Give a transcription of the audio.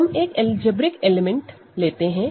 हम एक algebraic element लेते हैं